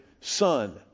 son